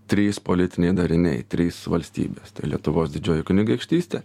trys politiniai dariniai trys valstybės tai lietuvos didžioji kunigaikštystė